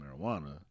marijuana